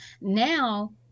now